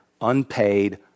unpaid